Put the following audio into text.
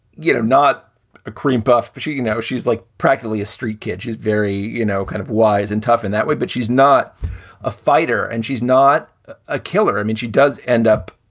you know, not a creampuff. but she's, you know, she's like practically a street kid. she's very, you know, kind of wise and tough in that way. but she's not a fighter and she's not a killer. i mean, she does end up